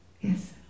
Yes